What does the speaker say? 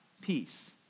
peace